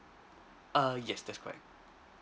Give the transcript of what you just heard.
err yes that's correct